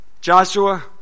Joshua